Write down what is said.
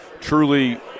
truly